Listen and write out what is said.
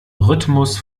rhythmus